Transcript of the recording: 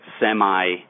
semi